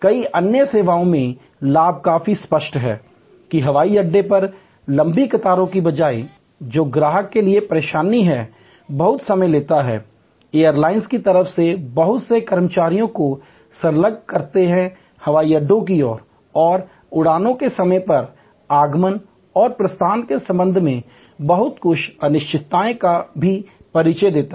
कई अन्य सेवाओं में लाभ काफी स्पष्ट हैं कि हवाई अड्डे पर लंबी कतारों के बजाय जो ग्राहक के लिए परेशानी है बहुत समय लेता है एयरलाइंस की तरफ से बहुत से कर्मचारियों को संलग्न करता है हवाई अड्डे की ओर और उड़ानों के समय पर आगमन और प्रस्थान के संबंध में कुछ अनिश्चितताओं का भी परिचय देता है